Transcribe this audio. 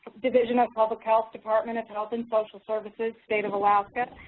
division of public health, department of health and social services, state of alaska.